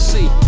See